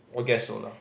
I guess so lah